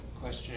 question